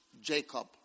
Jacob